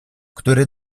który